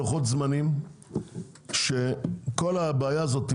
לוחות זמנים שכל הבעיה הזאת,